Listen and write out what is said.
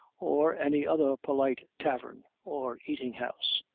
or any other polite tavern or eating-house!